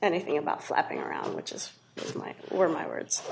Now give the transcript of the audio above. anything about flapping around which is why were my words